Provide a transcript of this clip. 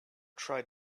try